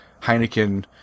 Heineken